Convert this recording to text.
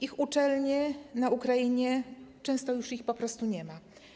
Ich uczelni na Ukrainie często już po prostu nie ma.